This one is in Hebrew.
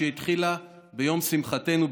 שהתחילה ביום שמחתנו,